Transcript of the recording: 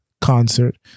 concert